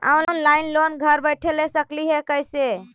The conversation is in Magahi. ऑनलाइन लोन घर बैठे ले सकली हे, कैसे?